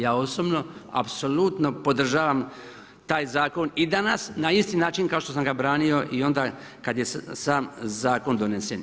Ja osobno apsolutno podržavam taj zakon i danas na isti način kao što sam ga branio i onda kad je sam zakon donesen.